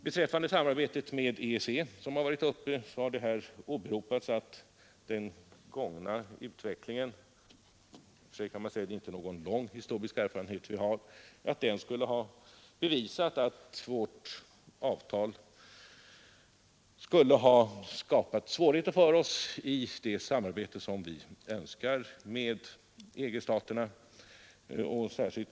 Beträffande samarbetet med EEC har det åberopats i debatten här att erfarenheten av den gångna utvecklingen skulle ha visat — det är ju inte någon lång erfarenhet vi har — att vårt avtal skulle ha skapat svårigheter för oss i det samarbete som vi önskar med EG-staterna.